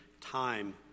time